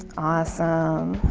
awesome.